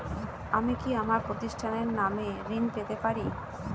আমি কি আমার প্রতিষ্ঠানের নামে ঋণ পেতে পারি?